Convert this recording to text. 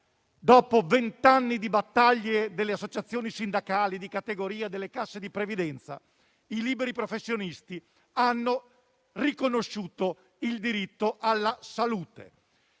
dopo venti anni di battaglie delle associazioni sindacali, di categoria, delle casse di previdenza, i liberi professionisti hanno riconosciuto il diritto alla salute.